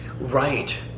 Right